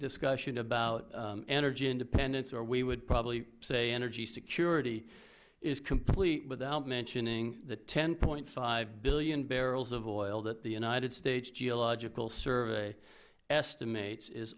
discussion about energy independence or we would probably say energy security is complete without mentioning the ten point five billion barrels of oil that the united states geological survey estimates is